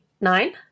nine